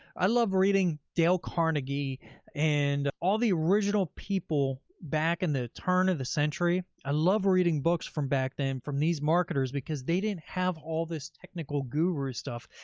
i love reading dale carnegie and, all the original people back in the turn of the century i ah love reading books from back then from these marketers, because they didn't have all this technical guru stuff.